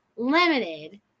limited